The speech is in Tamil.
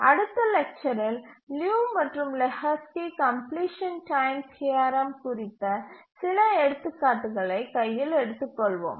அடுத்த லெக்சரில் லியு மற்றும் லெஹோஸ்கி கம்ப்லிசன் டைம் தியரம் குறித்த சில எடுத்துக்காட்டுகலை கையில் எடுத்துக் கொள்வோம்